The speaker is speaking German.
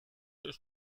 ist